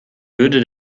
würde